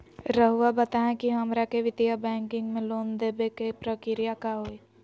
रहुआ बताएं कि हमरा के वित्तीय बैंकिंग में लोन दे बे के प्रक्रिया का होई?